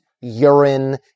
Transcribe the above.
urine